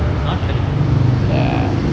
not funny